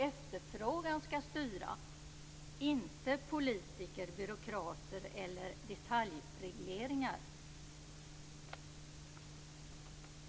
Efterfrågan skall styra, inte politiker, byråkrater eller detaljregleringar.